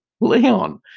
Leon